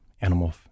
animal